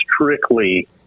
strictly